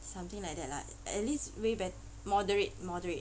something like that lah at least way bett~ moderate moderate